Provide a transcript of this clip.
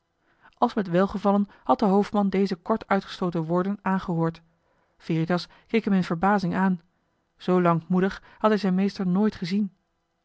met welgevallen had de hoofdman deze kort uitgestooten woorden aangehoord veritas keek hem in verbazing aan zoo lankmoedig had hij zijn meester nooit gezien